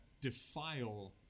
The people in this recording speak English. defile